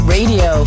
Radio